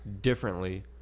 differently